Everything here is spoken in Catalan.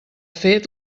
fet